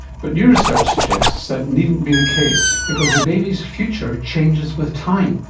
but new research suggests that needn't be the case because the baby's future changes with time,